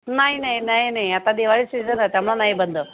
नाही नाही नाही नाही आता दिवाळी सिजन आहे त्यामुळं नाही बंद